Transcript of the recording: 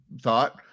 thought